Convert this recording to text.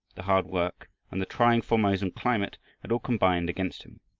the hard work, and the trying formosan climate had all combined against him.